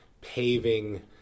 paving